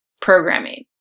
programming